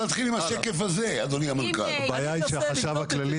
החשב הכללי